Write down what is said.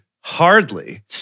Hardly